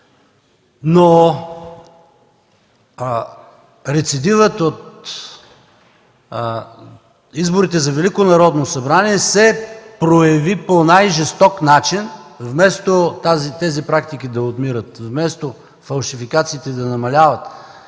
Но рецидивът от изборите за Велико народно събрание се прояви по най-жесток начин. Вместо тези практики да отмират, вместо фалшификациите да намаляват